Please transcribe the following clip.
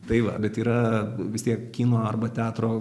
tai va bet yra vis tiek kino arba teatro